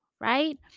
right